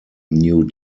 new